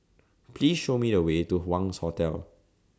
Please Show Me The Way to Wangz Hotel